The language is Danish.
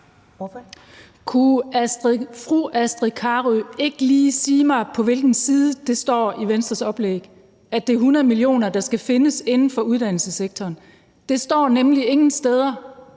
Kunne fru Astrid Carøe ikke lige sige mig, på hvilken side det står i Venstres oplæg, at det er 100 mio. kr., der skal findes inden for uddannelsessektoren? Det står nemlig ingen steder.